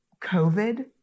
COVID